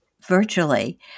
virtually